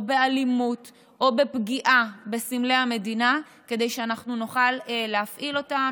באלימות או בפגיעה בסמלי המדינה כדי שאנחנו נוכל להפעיל אותם,